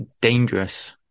dangerous